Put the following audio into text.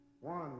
One